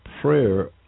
prayer